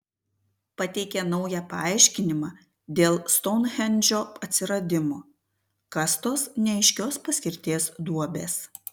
pateikė naują paaiškinimą dėl stounhendžo atsiradimo kas tos neaiškios paskirties duobės